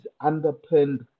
underpinned